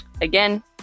again